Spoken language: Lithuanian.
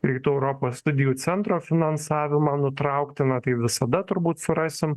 rytų europos studijų centro finansavimą nutraukti na tai visada turbūt surasim